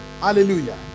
hallelujah